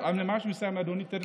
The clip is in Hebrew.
אני ממש מסיים, אדוני.